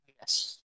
yes